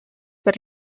per